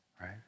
right